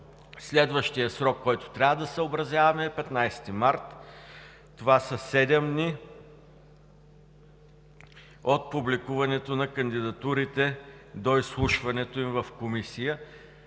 Следващият срок, който трябва да съобразяваме, е 15 март 2019 г. Това са седем дни от публикуването на кандидатурите до изслушването им в Комисия.